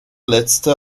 letzte